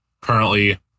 currently